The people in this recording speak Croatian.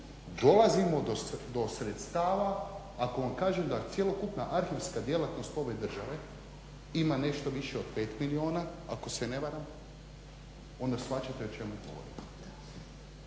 dolazimo do sredstava ako vam kažem da cjelokupna arhivska djelatnost ove države ima nešto više od pet milijuna ako se ne varam, onda shvaćate o čemu vam